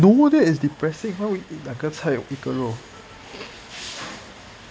no that is depressing why would you eat 两个菜一个肉